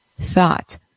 thought